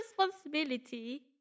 responsibility